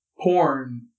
porn